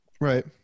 Right